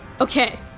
okay